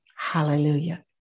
Hallelujah